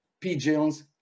pigeons